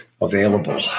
available